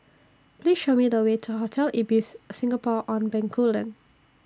Please Show Me The Way to Hotel Ibis Singapore on Bencoolen